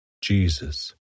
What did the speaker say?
Jesus